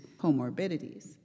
comorbidities